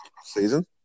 Season